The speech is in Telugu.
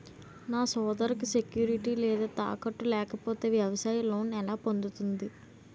నా సోదరికి సెక్యూరిటీ లేదా తాకట్టు లేకపోతే వ్యవసాయ లోన్ ఎలా పొందుతుంది?